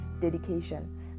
dedication